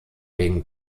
wegen